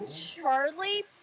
Charlie